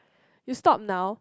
you stop now